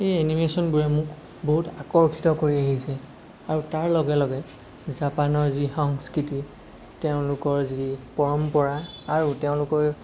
সেই এনিমেচনবোৰে মোক বহুত আকৰ্ষিত কৰি আহি আছে আৰু তাৰ লগে লগে জাপানৰ যি সংস্কৃতি তেওঁলোকৰ যি পৰম্পৰা আৰু তেওঁলোকৰ